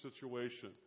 situation